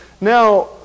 Now